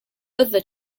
other